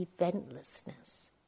eventlessness